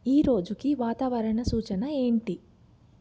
ఈరోజుకి వాతావరణ సూచన ఏంటి